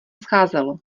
scházelo